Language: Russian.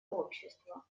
общество